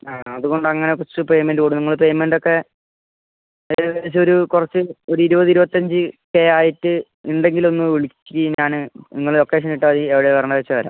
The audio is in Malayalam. ആ അത്കൊണ്ട് അങ്ങനെ ഫസ്റ്റ് പേയ്മെൻറ്റ് കൊടുക്ക് നിങ്ങൾ പേയ്മെൻറ്റൊക്കെ ഏകദേശം ഒരു കുറച്ച് ഒരു ഇരുപത് ഇരുപത്തി അഞ്ച് ഒക്കെയായിട്ട് ഉണ്ടെങ്കിൽ ഒന്ന് വിളിക്ക് ഈ ഞാൻ നിങ്ങൾ ലൊക്കേഷനിട്ടാൽ എവിടെയാണ് വരേണ്ടത് വെച്ചാൽ വരാം